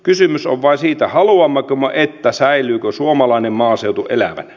kysymys on vain siitä haluammeko me että suomalainen maaseutu säilyy elävänä